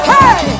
Hey